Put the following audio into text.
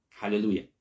Hallelujah